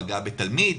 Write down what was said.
פגע בתלמיד,